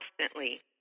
constantly